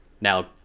now